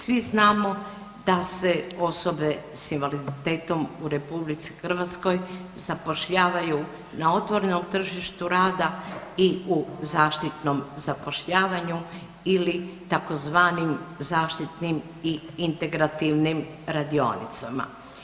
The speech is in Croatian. Svi znamo da se osobe sa invaliditetom u RH zapošljavaju na otvorenom tržištu rada i u zaštitnom zapošljavanju ili tzv. zaštitnim i integrativnim radionicama.